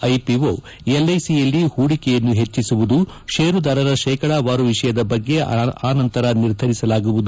IPO ಎಲ್ಐಸಿಯಲ್ಲಿ ಹೂಡಿಕೆಯನ್ನು ಹೆಚ್ಚಿಸುವುದು ಷೇರುದಾರರ ಶೇಕಡವಾರು ವಿಷಯದ ಬಗ್ಗೆ ಆನಂತರ ನಿರ್ಧರಿಸಲಾಗುವುದು